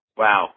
wow